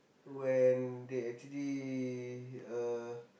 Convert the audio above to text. when they actually uh